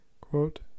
Quote